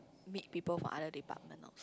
meet people from other department also